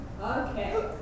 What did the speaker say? Okay